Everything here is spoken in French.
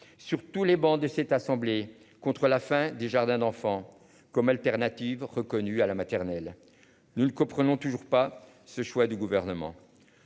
sur tous les bancs de cette assemblée contre la fin des jardins d'enfants comme alternative reconnue à la maternelle. Nous ne comprenons toujours pas ce choix du gouvernement.